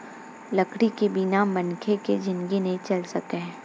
लकड़ी के बिना मनखे के जिनगी नइ चल सकय